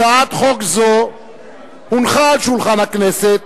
הצעת חוק זו הונחה על שולחן הכנסת